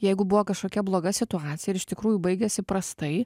jeigu buvo kažkokia bloga situacija ir iš tikrųjų baigėsi prastai